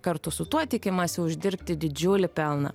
kartu su tuo tikimasi uždirbti didžiulį pelną